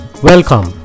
Welcome